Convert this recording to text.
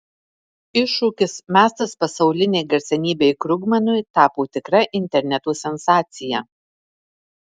iššūkis mestas pasaulinei garsenybei krugmanui tapo tikra interneto sensacija